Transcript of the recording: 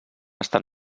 estan